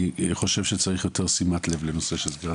אני חושב שצריך יותר שימת לב לנושא סגירת